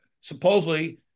supposedly